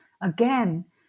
Again